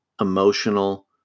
emotional